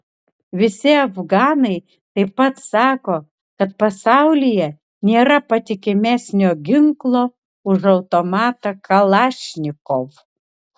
visi afganai taip pat sako kad pasaulyje nėra patikimesnio ginklo už automatą kalašnikov